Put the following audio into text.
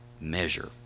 measure